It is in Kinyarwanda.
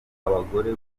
abagore